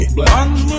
Black